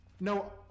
No